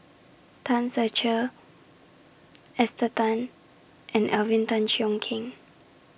Tan Ser Cher Esther Tan and Alvin Tan Cheong Kheng